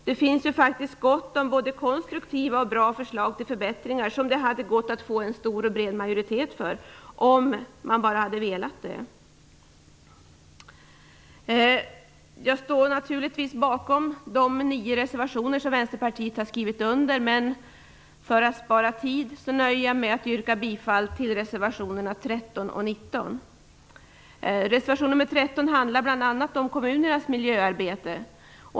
Det finns faktiskt gott om både konstruktiva och bra förslag till förbättringar som det hade gått att få en stor och bred majoritet för, om man bara hade velat. Jag står naturligtvis bakom de nio reservationer som Vänsterpartiet har skrivit under, men för att spara tid nöjer jag mig med att yrka bifall till reservationerna 13 och 19. Reservation nr 13 handlar bl.a. om kommunernas miljöarbete.